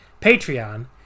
Patreon